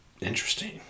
interesting